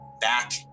back